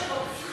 אוסאמה,